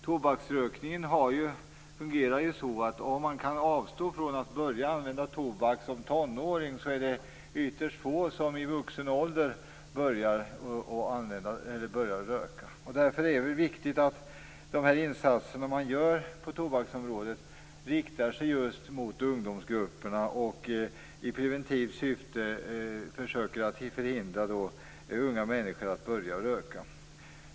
Tobaksrökningen fungerar ju så att om man som tonåring kan avstå från att börja använda tobak är det ytterst få som i vuxen ålder börjar att röka. Därför är det viktigt att insatserna på tobaksområdet riktar sig just till ungdomsgrupperna för att i preventivt syfte försöka att förhindra att unga människor börjar att röka.